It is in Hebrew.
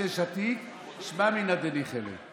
מדשתיק שמע מינה דניחא ליה.